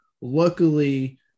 Luckily